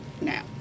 Now